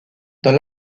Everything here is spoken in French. dans